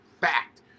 fact